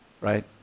right